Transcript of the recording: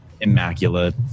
immaculate